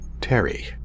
Terry